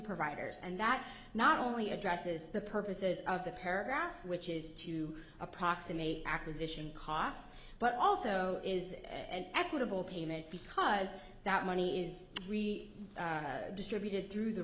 providers and that not only addresses the purposes of the paragraph which is to approximate acquisition costs but also is equitable payment because that money is distributed through the